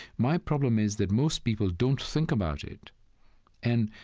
my problem is that most people don't think about it and,